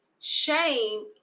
shame